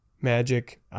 magic